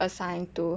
assign to